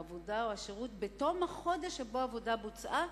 העבודה או השירות בתום החודש שבו העבודה בוצעה,